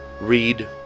read